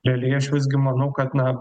realiai aš visgi manau kad na